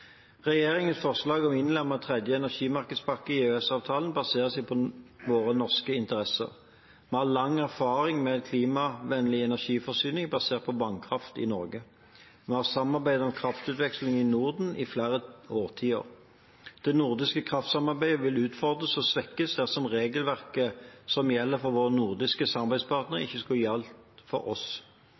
Regjeringens forslag om å innlemme tredje energimarkedspakke i EØS-avtalen baserer seg på våre norske interesser. Vi har lang erfaring med en klimavennlig energiforsyning basert på vannkraft i Norge. Vi har samarbeidet om kraftutveksling i Norden i flere årtier. Det nordiske kraftsambandet vil utfordres og svekkes dersom regelverket som gjelder for våre nordiske samarbeidspartnere, ikke skulle gjelde for oss.